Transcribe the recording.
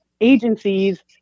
agencies